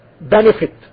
benefit